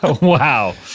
Wow